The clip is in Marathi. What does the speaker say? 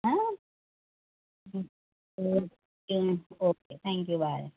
हां ओके ओके थँक्यू बाय